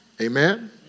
Amen